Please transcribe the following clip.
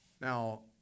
Now